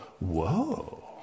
Whoa